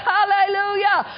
Hallelujah